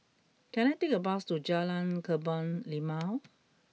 can I take a bus to Jalan Kebun Limau